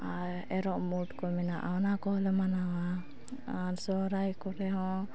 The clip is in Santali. ᱟᱨ ᱮᱨᱚᱜ ᱢᱩᱴᱠᱚ ᱢᱮᱱᱟᱜᱼᱟ ᱚᱱᱟ ᱠᱚᱦᱚᱸᱞᱮ ᱢᱟᱱᱟᱣᱟ ᱟᱨ ᱥᱚᱦᱚᱨᱟᱭ ᱠᱚᱨᱮ ᱦᱚᱸ